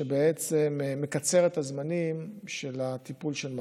שבעצם מקצר את הזמנים של הטיפול של מח"ש.